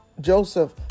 Joseph